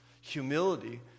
humility